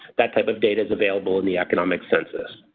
that type of data is available in the economic census.